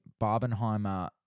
Barbenheimer